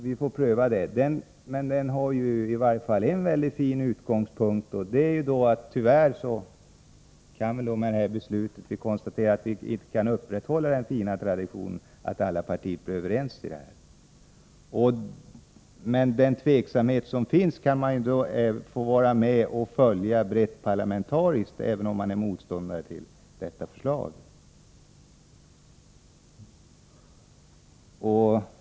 En sådan skulle i varje fall ha en god utgångspunkt: vi kan i och med detta beslut konstatera att vi inte kan upprätthålla den fina traditionen att alla partier är överens om den här frågan. Men den tveksamhet som finns kan man vara med och följa på ett brett parlamentariskt sätt även om man är motståndare till detta förslag.